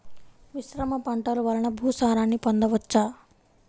మిశ్రమ పంటలు వలన భూసారాన్ని పొందవచ్చా?